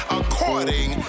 according